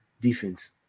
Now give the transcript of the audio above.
defense